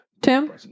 Tim